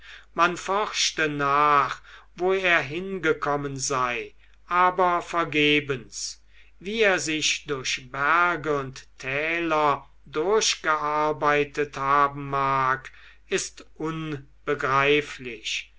man forschte nach wo er hingekommen sei aber vergebens wie er sich durch berge und täler durchgearbeitet haben mag ist unbegreiflich